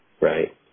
right